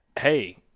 Hey